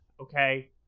Okay